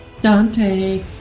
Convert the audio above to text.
Dante